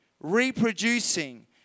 reproducing